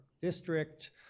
district